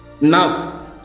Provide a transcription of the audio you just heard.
Now